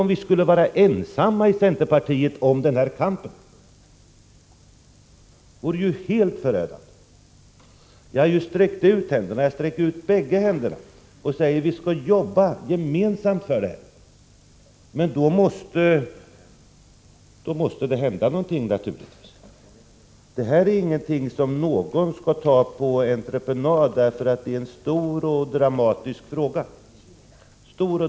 Det skulle vara helt förödande om vi i centerpartiet skulle vara det. Jag har sträckt ut bägge händerna och sagt: Vi skall jobba gemensamt för att åstadkomma resultat, men då måste det naturligtvis hända något. Det här är ingenting som någon skall ta på entreprenad, eftersom det är en stor och dramatisk fråga.